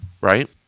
Right